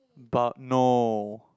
bu~ no